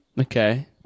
Okay